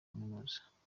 kaminuza